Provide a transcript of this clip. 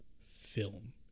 film